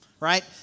right